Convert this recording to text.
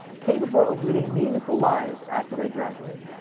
capable of leading meaningful lives after they graduate.